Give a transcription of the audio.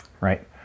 right